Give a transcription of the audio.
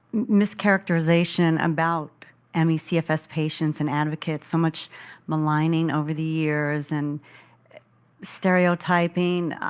mischaracterization about and me cfs patients and advocates, so much maligning over the years, and stereotyping,